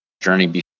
journey